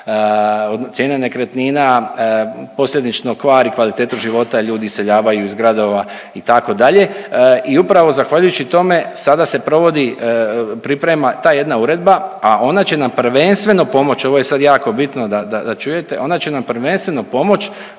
cijene nekretnina, posljedično kvari kvalitetu života, ljudi iseljavaju iz gradova itd. i upravo zahvaljujući tome sada se provodi, priprema ta jedna uredba, a ona će nam prvenstveno pomoći, ovo je sad jako bitno da, da, da čujete, ona će nam prvenstveno pomoć